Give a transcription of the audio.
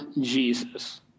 Jesus